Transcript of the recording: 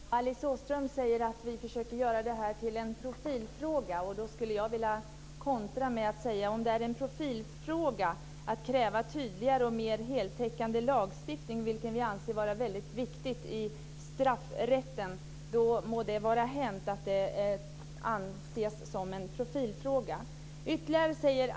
Herr talman! Alice Åström säger att vi försöker göra detta till en profilfråga. Jag vill kontra med att säga följande: Om det är en profilfråga att kräva tydligare och mer heltäckande lagstiftning, vilket vi anser vara väldigt viktigt i straffrätten, må det vara hänt att det anses som att vi gör det till en profilfråga.